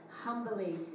humbly